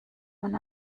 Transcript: man